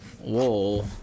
Whoa